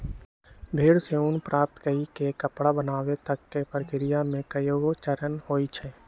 भेड़ से ऊन प्राप्त कऽ के कपड़ा बनाबे तक के प्रक्रिया में कएगो चरण होइ छइ